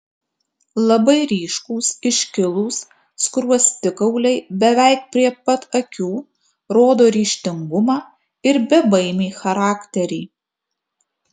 labai ryškūs iškilūs skruostikauliai beveik prie pat akių rodo ryžtingumą ir bebaimį charakterį